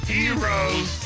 Heroes